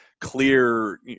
clear